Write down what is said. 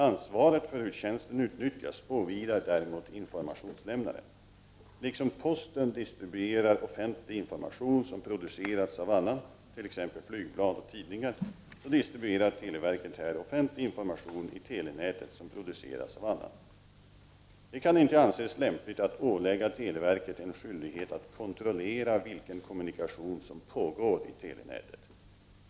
Ansvaret för hur tjänsten utnyttjas åvilar däremot informationslämnaren. Liksom posten distribuerar offentlig information som producerats av annan, t.ex. flygblad och tidningar, distribuerar televerket här offentlig information i telenätet som produceras av annan. Det kan inte anses lämpligt att ålägga televerket en skyldighet att kontrollera vilken kommunikation som pågår i telenätet.